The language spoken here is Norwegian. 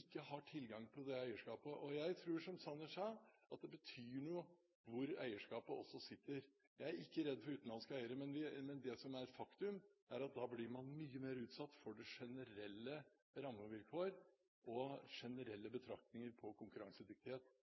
ikke har tilgang til det eierskapet. Jeg tror, som Sanner sa, at det også betyr noe hvor eierskapet sitter. Vi er ikke redde for utenlandske eiere, men det som er et faktum, er at da blir man mye mer utsatt for de generelle rammevilkårene og de generelle betraktningene når det gjelder konkurransedyktighet.